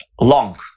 long